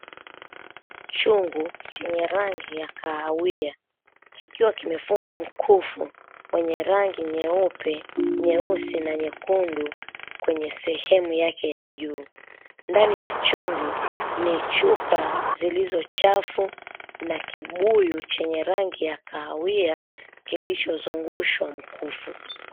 Chungu chenye rangi ya kahawia. Kikiwa kimefungwa mkufu mwenye rangi nyeupe, nyeusi, na nyekundu kwenye sehemu yake ya juu. Ndani ya chungu, ni chupa zilizo chafu, na kibuyu chenye rangi ya kahawia, kilichozungushwa mkufu.